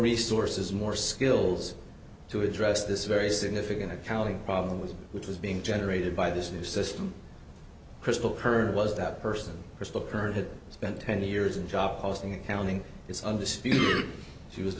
resources more skills to address this very significant accounting problems which was being generated by this new system crystal current was that person crystal current had spent ten years in job posting accounting it's undisputed she was